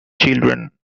children